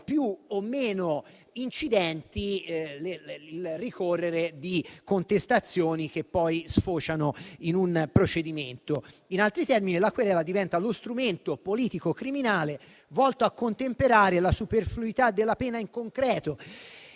più o meno incidente il ricorrere di contestazioni che poi sfociano in un procedimento. In altri termini, la querela diventa lo strumento politico-criminale volto a contemperare la superfluità della pena in concreto.